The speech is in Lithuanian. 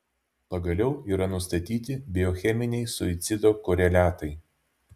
pagaliau yra nustatyti biocheminiai suicido koreliatai